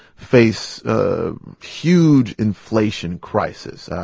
face a huge inflation crisis.